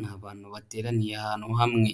Ni abantu bateraniye ahantu hamwe,